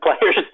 players